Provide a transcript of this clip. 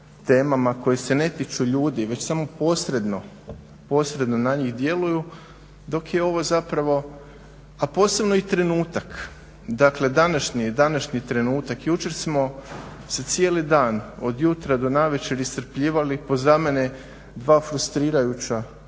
temama koje se ne tiču ljudi već samo posredno na njih djeluju dok je ovo zapravo, a posebno i trenutak dakle današnji trenutak. Jučer smo se cijeli dan, od jutra do navečer iscrpljivali po za mene dvije frustrirajuće